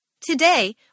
Today